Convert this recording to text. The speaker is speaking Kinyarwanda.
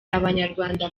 abanyarwanda